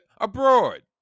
abroad